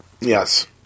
Yes